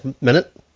minute